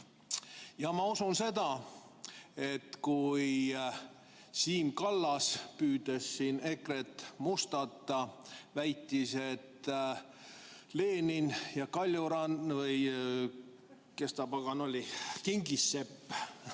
Ma usun seda, et kui Siim Kallas, püüdes EKRE‑t mustata, väitis, et Lenin ja Kaljurand – või kes ta pagan oli? Kingissepp!